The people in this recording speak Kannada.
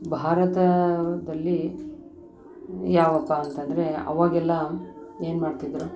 ಭಾರತದಲ್ಲಿ ಯಾವಪ್ಪ ಅಂತಂದರೆ ಅವಾಗೆಲ್ಲ ಏನು ಮಾಡ್ತಿದ್ದರು